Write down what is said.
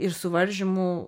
ir suvaržymų